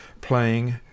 playing